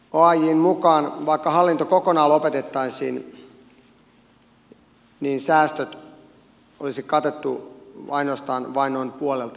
oajn mukaan vaikka hallinto kokonaan lopetettaisiin säästöt olisi katettu ainoastaan noin puolelta osin